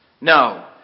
No